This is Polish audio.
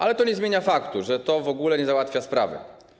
Ale to nie zmienia faktu, że to w ogóle nie załatwia sprawy.